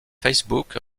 facebook